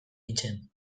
nintzen